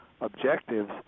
objectives